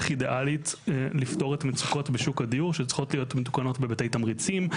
אידיאלית לפתור את המצוקות בשוק הדיור שצריכות להיות מתוקנות בתמריצים,